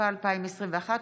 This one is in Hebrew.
התשפ"א 2021,